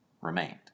remained